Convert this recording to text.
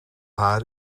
haar